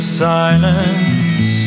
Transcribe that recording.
silence